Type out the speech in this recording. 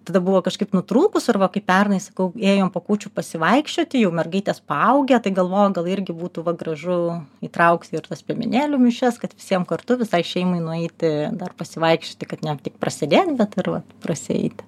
tada buvo kažkaip nutrūkus ir va kaip pernai sakau ėjom po kūčių pasivaikščioti jau mergaitės paaugę tai galvoju gal irgi būtų va gražu įtraukti ir tas piemenėlių mišias kad visiem kartu visai šeimai nueiti dar pasivaikščioti kad ne tik prasėdėt bet ir va prasieiti